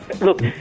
look